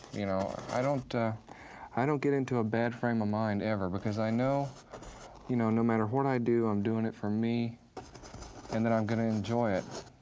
you know? i don't ah i don't get into a bad frame of mind ever because i know know no matter what i do, i'm doing it for me and that i'm gonna enjoy it.